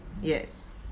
yes